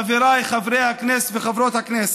חבריי חברי הכנסת וחברות הכנסת,